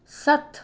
ਸੱਤ